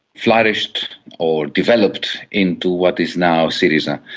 flourished or developed into what is now syriza.